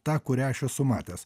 ta kurią aš esu matęs